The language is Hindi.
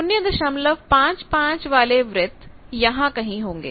तो 055 वाले वृत्त यहां कहीं होंगे